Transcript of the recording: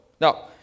Now